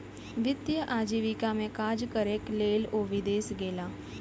वित्तीय आजीविका में काज करैक लेल ओ विदेश गेला